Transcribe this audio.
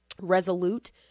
resolute